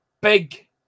big